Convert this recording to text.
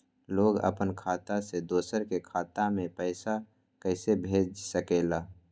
लोग अपन खाता से दोसर के खाता में पैसा कइसे भेज सकेला?